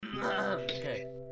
okay